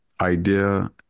idea